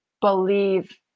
believe